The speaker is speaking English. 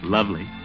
Lovely